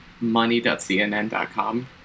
money.cnn.com